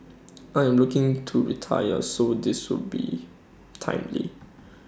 I am looking to retire so this will be timely